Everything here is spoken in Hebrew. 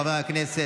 חברי הכנסת,